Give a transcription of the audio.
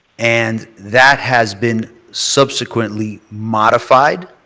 and that has been subsequently modified